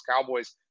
Cowboys